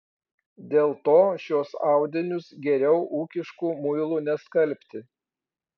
dėl to šiuos audinius geriau ūkišku muilu neskalbti